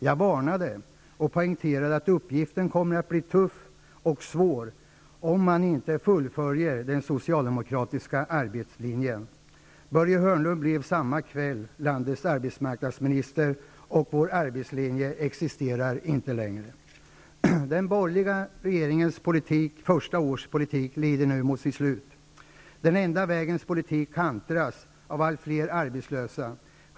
Jag varnade honom och poängterade att uppgiften skulle komma att bli tuff och svår, om han inte fullföljde den socialdemokratiska arbetslinjen. Börje Hörnlund blev samma kväll landets arbetsmarknadsminister, och vår arbetslinje existerar inte länge. Den borgerliga regeringens första år lider nu mot sitt slut. Den enda vägens politik kantas av allt fler arbetslösa.